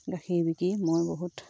গাখীৰ বিকি মই বহুত